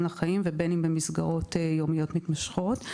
לחיים ובין אם במסגרות יומיות מתמשכות.